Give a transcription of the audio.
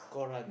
quran